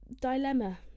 dilemma